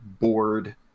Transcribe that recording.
bored